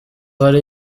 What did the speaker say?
hari